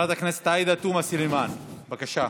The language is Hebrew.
חברת הכנסת עאידה תומא סלימאן, בבקשה.